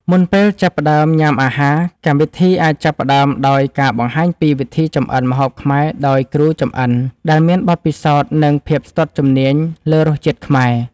មុនពេលចាប់ផ្ដើមញ៉ាំអាហារ កម្មវិធីអាចចាប់ផ្តើមដោយការបង្ហាញពីវិធីចម្អិនម្ហូបខ្មែរដោយគ្រូចម្អិនដែលមានបទពិសោធន៍ និងភាពស្ទាត់ជំនាញលើរសជាតិខ្មែរ។